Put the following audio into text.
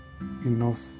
enough